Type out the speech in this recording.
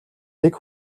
нэг